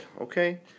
okay